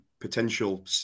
potential